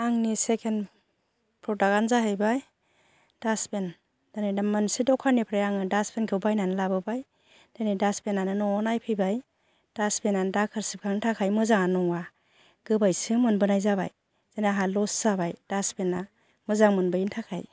आंनि second product आनो जाहैबाय दास्टबिन जेरै दा मोनसे दखाननिफ्राय आङो दास्टबिनखौ बायनानै लाबोबाय दिनै दास्टबिनआनो नआव नायफैबाय दास्टबिनआनो दाखोर सिबखांनो थाखाय मोजांआनो नङा गोबायसो मोनबोनाय जाबाय जेने आंहा लस जाबाय दास्टबिनआ मोजां मोनबोयैनि थाखाय